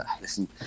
listen